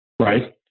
right